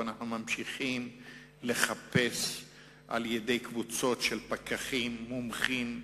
אבל אנחנו ממשיכים לחפש על-ידי קבוצות של פקחים מומחים,